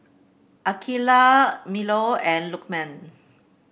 Aqeelah Melur and Lukman